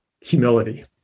humility